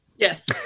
Yes